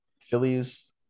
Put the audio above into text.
Phillies